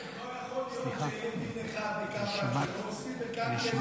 לא יכול להיות שיהיה דין אחד בקפלן שלא עושים וכאן כן עושים.